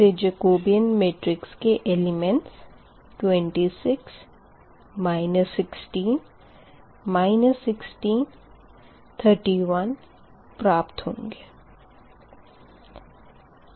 इस से Jacobian matrix के एलिमेंट्स 26 16 16 31 प्राप्त होंगे